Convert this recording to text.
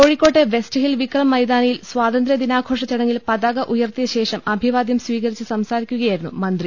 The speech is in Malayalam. കോഴിക്കോട് വെസ്റ്റ്ഹിൽ വിക്രം മൈതാനിയിൽ സ്വാതന്ത്ര്യ ദിനാഘോഷ ചടങ്ങിൽ പതാക ഉയർത്തിയ ശേഷം അഭി വാദ്യം സ്വീകരിച്ച് സംസാരിക്കുകയായിരുന്നു മന്ത്രി